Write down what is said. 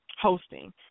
hosting